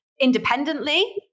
independently